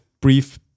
Brief